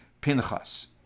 Pinchas